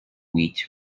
wheat